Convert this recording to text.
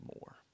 more